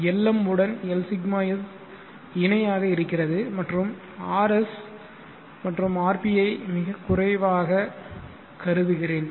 Lm உடன் Lσs இணையாக இருக்கிறது மற்றும் rs மற்றும் rp ஐ மிகக்குறைவாக கருதுகிறேன்